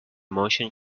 motion